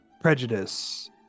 prejudice